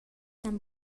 san